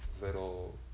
little